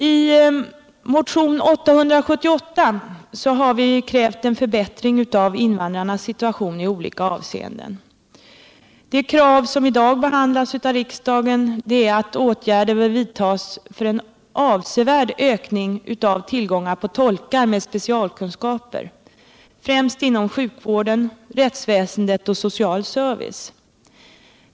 I motionen 878 har vi krävt en förbättring av invandrarnas situation i olika avseenden. Det krav som i dag behandlas av riksdagen är att åtgärder bör vidtas för en avsevärd ökning av tillgången på tolkar med specialkunskaper främst inom sjukvården, rättsväsendet och social service.